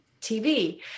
TV